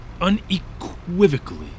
unequivocally